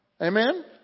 Amen